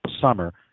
summer